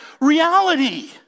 reality